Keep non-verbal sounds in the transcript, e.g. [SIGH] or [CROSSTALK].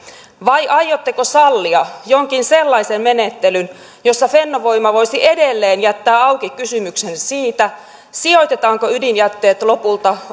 vai aiotteko sallia jonkin sellaisen menettelyn jossa fennovoima voisi edelleen jättää auki kysymyksen siitä sijoitetaanko ydinjätteet lopulta [UNINTELLIGIBLE]